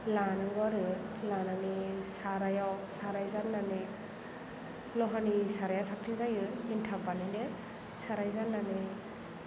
लानांगौ आरो लानानै सारायाव साराय जाननानै लहानि साराया साबसिन जायो एन्थाब बानायनो साराय जाननानै